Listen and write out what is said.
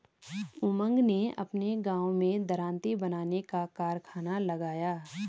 उमंग ने अपने गांव में दरांती बनाने का कारखाना लगाया